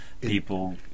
people